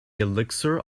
elixir